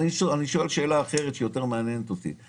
אני שואל שאלה אחרת שמעניינת אותי יותר.